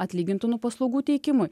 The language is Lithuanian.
atlygintinų paslaugų teikimui